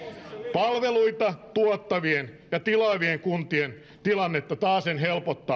palveluita tuottavien ja tilaavien kuntien tilannetta taasen helpottaa